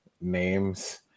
names